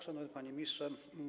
Szanowny Panie Ministrze!